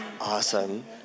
Awesome